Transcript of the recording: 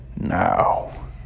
now